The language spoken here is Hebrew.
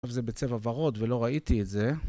עכשיו זה בצבע ורוד ולא ראיתי את זה.